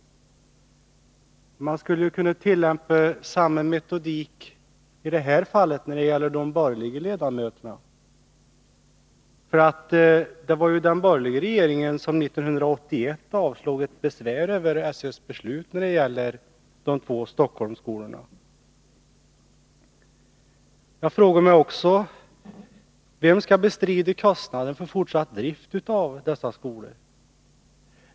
Man skulle i det här fallet kunna tillämpa samma metodik när det gäller de borgerliga ledamöterna. Det var ju den borgerliga regeringen som 1981 avslog ett besvär över skolstyrelsens beslut i fråga om de två Stockholmsskolorna. Jag frågar mig också: Vem skall bestrida kostnaden för fortsatt drift av dessa skolor?